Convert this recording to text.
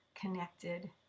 connected